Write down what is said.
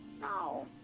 No